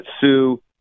Sue